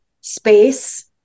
space